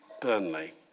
Burnley